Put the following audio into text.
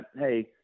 hey